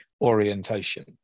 orientation